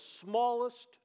smallest